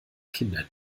kinder